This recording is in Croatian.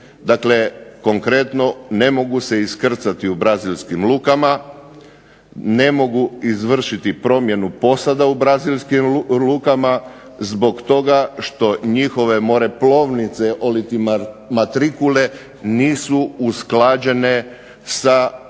Dakle konkretno, ne mogu se iskrcati u brazilskim lukama, ne mogu izvršiti promjenu posada u brazilskim lukama zbog toga što njihove moreplovnice oliti matrikule nisu usklađene sa